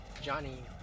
Johnny